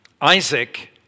Isaac